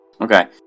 okay